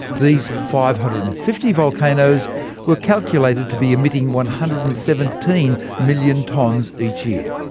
these five hundred and fifty volcanoes were calculated to be emitting one hundred and seventeen million tonnes each year.